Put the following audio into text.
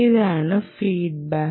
ഇതാണ് ഫീഡ്ബാക്ക്